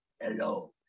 hello